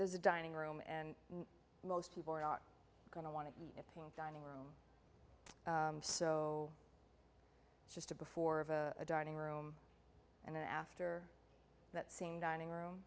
there's a dining room and most people are not going to want to paint dining room so it's just a before of a dining room and then after that same dining room